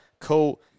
Cool